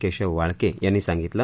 केशव वाळके यांनी सांगितलं